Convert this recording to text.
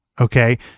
Okay